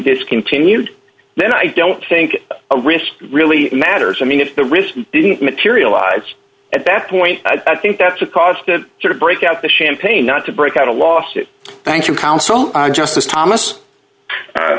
discontinued then i don't think really matters i mean if the risk didn't materialize at that point i think that's a cost to sort of break out the champagne not to break out a lawsuit thank you counsel justice thomas